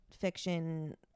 fiction